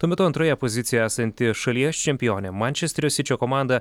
tuo metu antroje pozicijoje esanti šalies čempionė mančesterio sičio komanda